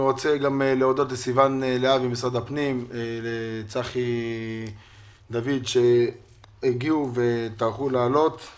אני רוצה להודות לסיוון להבי ממשרד הפנים ולצחי דוד שטרחו לעלות לשידור.